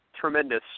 tremendous